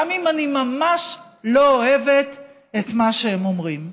גם אם אני ממש לא אוהבת את מה שהם אומרים.